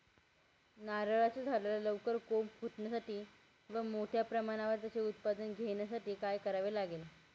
नारळाच्या झाडाला लवकर कोंब फुटण्यासाठी व मोठ्या प्रमाणावर त्याचे उत्पादन घेण्यासाठी काय करावे लागेल?